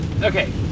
okay